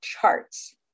charts